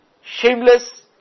shameless